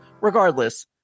regardless